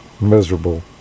miserable